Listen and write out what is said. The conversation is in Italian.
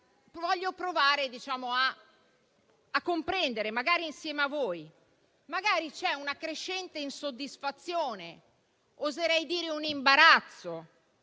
voglio provare a comprendere, magari insieme a voi. Magari c'è una crescente insoddisfazione - oserei definirlo un imbarazzo